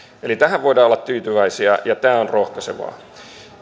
eli tähän voidaan olla tyytyväisiä ja tämä on rohkaisevaa